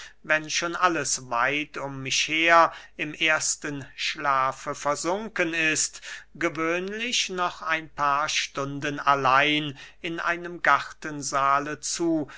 wenn schon alles weit um mich her im ersten schlafe versunken ist gewöhnlich noch ein paar stunden allein in einem gartensahle zu